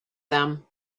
them